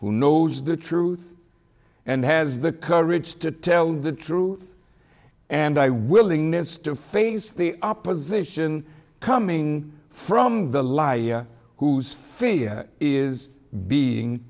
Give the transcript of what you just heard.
who knows the truth and has the courage to tell the truth and i willingness to face the opposition coming from the light whose fear is being